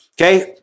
okay